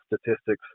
statistics